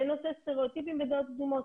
בנושא סטריאוטיפים ודעות קדומות,